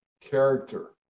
character